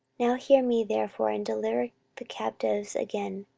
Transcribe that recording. now hear me therefore, and deliver the captives again,